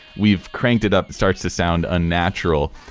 we've cranked it up. it starts to sound unnatural.